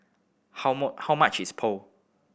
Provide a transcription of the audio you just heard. how much is Pho